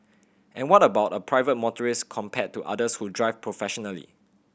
and what about a private motorist compared to others who drive professionally